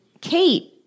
Kate